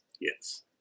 Yes